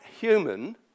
human